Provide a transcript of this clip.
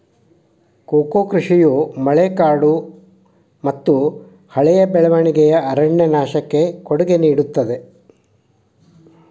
cocoa ಕೃಷಿಯು ಮಳೆಕಾಡುಮತ್ತುಹಳೆಯ ಬೆಳವಣಿಗೆಯ ಅರಣ್ಯನಾಶಕ್ಕೆ ಕೊಡುಗೆ ನೇಡುತ್ತದೆ